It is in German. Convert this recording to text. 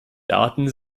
daten